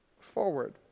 forward